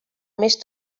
més